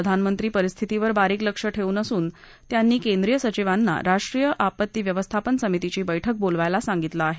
प्रधानमंत्री परिस्थितीवर बारीक लक्ष ठद्वून असून त्यांनी केंद्रीय सचिवाना राष्ट्रीय आपत्ती व्यवस्थापन समितीची बैठक बोलवायला सांगितलं आह